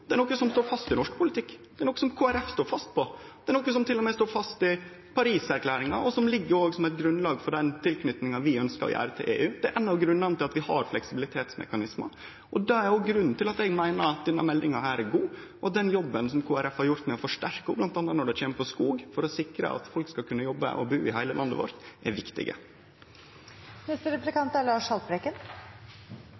matproduksjonen, er noko som står fast i norsk politikk, det er noko som Kristeleg Folkeparti står fast på, det er noko som til og med står fast i Paris-erklæringa, og som òg ligg som eit grunnlag for den tilknytinga vi ønskjer å ha til EU. Det er ein av grunnane til at vi har fleksibilitetsmekanismar. Det er òg grunnen til at eg meiner at denne meldinga er god, og at den jobben som Kristeleg Folkeparti har gjort med å forsterke ho, bl.a. når det gjeld skog, for å sikre at folk skal kunne jobbe og bu i heile landet vårt, er